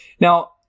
Now